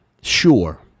Sure